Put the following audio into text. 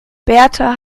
berta